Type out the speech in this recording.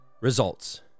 Results